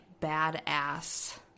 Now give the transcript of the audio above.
badass